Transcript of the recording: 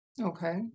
Okay